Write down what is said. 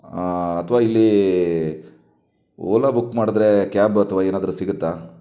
ಅಥವಾ ಇಲ್ಲಿ Ola book ಮಾಡಿದರೆ ಕ್ಯಾಬ್ ಅಥವಾ ಏನಾದರೂ ಸಿಗುತ್ತಾ